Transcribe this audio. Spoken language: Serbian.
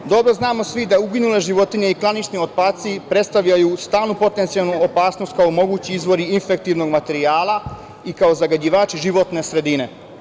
Svi dobro znamo da uginule životinje i klanični otpaci predstavljaju stalnu potencijalnu opasnost kao mogući izvori infektivnog materijala i kao zagađivači životne sredine.